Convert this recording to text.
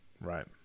Right